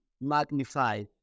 magnified